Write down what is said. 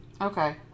okay